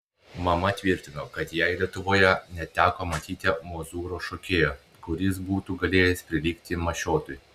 mama tvirtino kad jai lietuvoje neteko matyti mozūro šokėjo kuris būtų galėjęs prilygti mašiotui